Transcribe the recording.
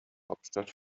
hauptstadt